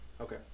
Okay